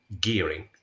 gearing